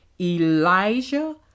Elijah